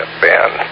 band